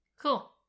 cool